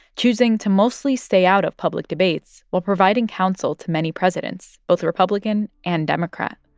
choosing to mostly stay out of public debates while providing counsel to many presidents, both republican and democrat.